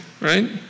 right